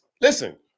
Listen